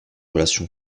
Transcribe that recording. relation